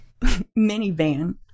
minivan